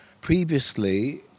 Previously